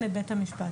את בית המשפט.